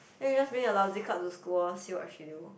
then you just bring a lousy card to school orh see what she do